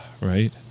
Right